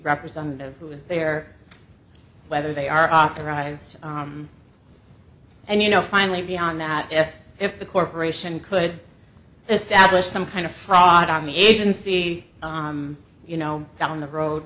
representative who was there whether they are authorized and you know finally beyond that if if the corporation could establish some kind of fraud on the agency you know down the road